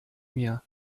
mir